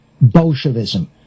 Bolshevism